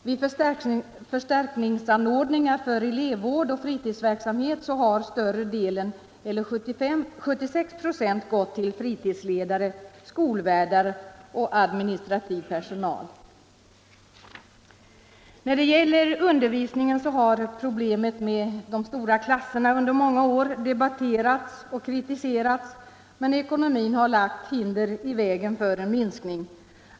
Vad gäller förstärkningsanordningar för elevvård och fritidsverksamhet har större delen eller 76 96 gått till fritidsledare, skolvärdar och administrativ personal. När det gäller undervisningen har problemet med de stora klasserna under många år debatterats och kritiserats, men ekonomin har lagt hinder i vägen för en minskning.